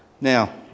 Now